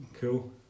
cool